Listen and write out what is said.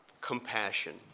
compassion